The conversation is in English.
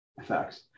effects